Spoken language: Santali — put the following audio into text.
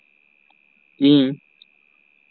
ᱤᱧ